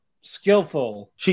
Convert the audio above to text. skillful